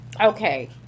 Okay